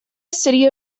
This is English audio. city